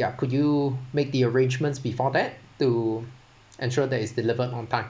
ya could you make the arrangements before that to ensure that is delivered on time